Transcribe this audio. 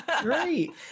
Great